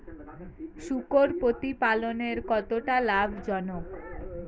শূকর প্রতিপালনের কতটা লাভজনক?